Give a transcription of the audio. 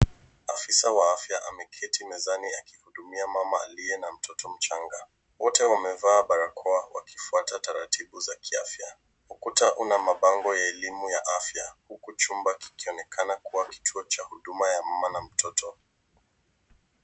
Afisa wa afya ameketi mezani akihudumia mama aliye na mtoto mchanga. Wote wamevaa barakoa wakifuata taratibu za kiafya. Ukuta una mabango ya elimu ya afya huku chumba kikionekana kuwa kituo cha huduma ya mama na mtoto.